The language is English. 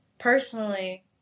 Personally